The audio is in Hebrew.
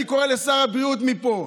אני קורא לשר הבריאות מפה: